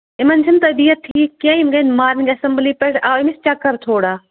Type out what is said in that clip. یِمَن چھِنہٕ طبعت ٹھیٖک کینٛہہ یِم گٔے مارنِنٛگ اٮ۪سَمبٕلی پٮ۪ٹھ آو أمِس چَکر تھوڑا